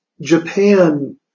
Japan